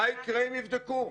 מה יקרה אם יבדקו?